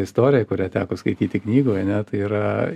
istorija kurią teko skaityti knygoj ane tai yra